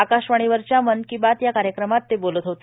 आकाशवाणीवरच्या मन की बात या कार्यक्रमात ते बोलत होते